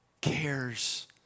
cares